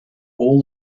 all